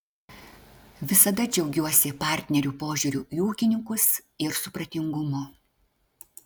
visada džiaugiuosi partnerių požiūriu į ūkininkus ir supratingumu